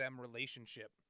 relationship